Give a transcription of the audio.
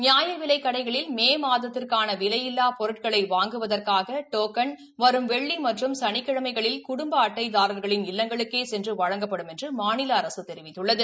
நியாயவிலைக் கடைகளில் மே மாதத்திற்கான விலையில்லா பொருட்களை வாங்குதற்காக டோக்கன் வரும் வெள்ளி மற்றும் சனிக்கிழமைகளில் குடும்ப அட்டைதாரர்களின் இல்ல்ங்களுக்கே சென்று வழங்கப்படும் என்று மாநில அரசு தெரிவித்துள்ளது